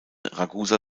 ragusa